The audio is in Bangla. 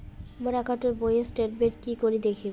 মোর একাউন্ট বইয়ের স্টেটমেন্ট কি করি দেখিম?